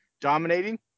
dominating